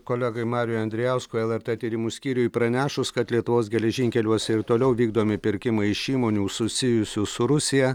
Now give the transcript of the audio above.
kolegai mariui andrijauskui lrt tyrimų skyriui pranešus kad lietuvos geležinkeliuose ir toliau vykdomi pirkimai iš įmonių susijusių su rusija